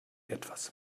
etwas